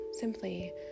simply